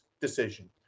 decision